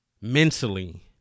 Mentally